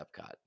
Epcot